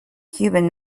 kuban